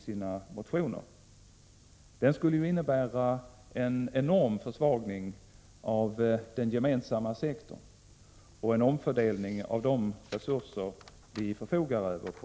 Den politiken skulle innebära en enorm försvagning av den gemensamma sektorn och en väldigt orättfärdig omfördelning av de resurser vi förfogar över.